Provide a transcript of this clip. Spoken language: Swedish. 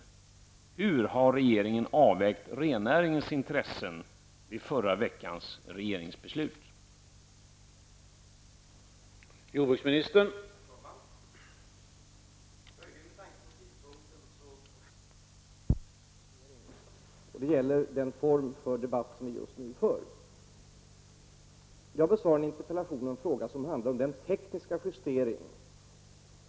Hur har regeringen avvägt rennäringens intressen i förra veckans beslut?